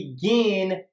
begin